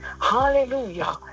Hallelujah